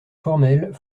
formelles